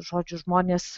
žodžiu žmonės